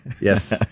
Yes